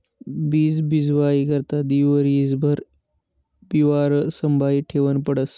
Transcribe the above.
बीज बीजवाई करता वरीसभर बिवारं संभायी ठेवनं पडस